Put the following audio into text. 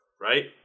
Right